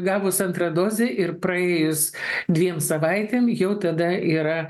gavus antrą dozę ir praėjus dviem savaitėm jau tada yra